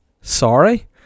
sorry